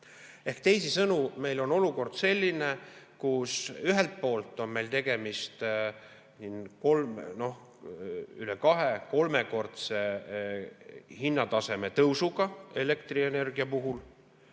Teisisõnu, meil on olukord selline, kus ühelt poolt on tegemist üle kahe‑ või kolmekordse hinnataseme tõusuga elektrienergia puhul,